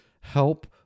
help